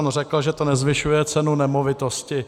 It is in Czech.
On řekl, že to nezvyšuje cenu nemovitosti.